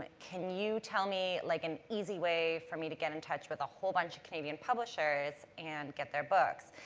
can you tell me, like, an easy way for me to get in touch with a whole bunch of canadian publishers and get their books?